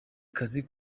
kazi